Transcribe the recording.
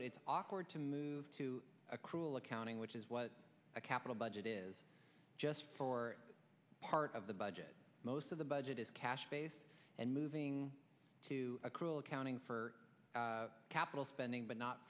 note it's awkward to move to accrual accounting which is what a capital budget is just for part of the budget most of the budget is cash base and moving to accrual accounting for capital spending but not